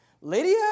Lydia